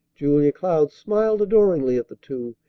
julia cloud smiled adoringly at the two,